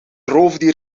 roofdier